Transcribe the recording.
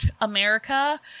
America